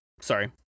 sorry